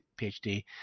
PhD